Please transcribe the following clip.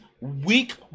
weak